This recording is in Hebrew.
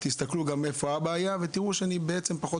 תסכלו גם איפה האבא היה ותראו שאני בעצם פחות